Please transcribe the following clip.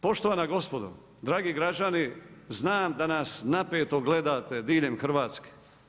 Poštovana gospodo, dragi građani, znam da nas napeto gledate diljem Hrvatske.